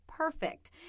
perfect